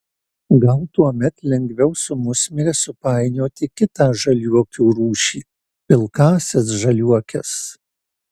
gal tuomet lengviau su musmire supainioti kitą žaliuokių rūšį pilkąsias žaliuokes